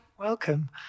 welcome